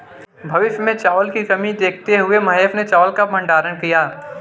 भविष्य में चावल की कमी देखते हुए महेश ने चावल का भंडारण किया